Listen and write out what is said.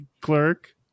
clerk